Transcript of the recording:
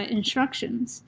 instructions